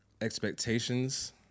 expectations